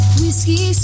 whiskey